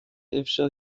افشا